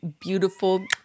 beautiful